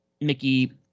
Mickey